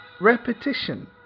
Repetition